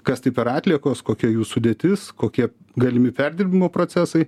kas tai per atliekos kokia jų sudėtis kokie galimi perdirbimo procesai